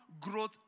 growth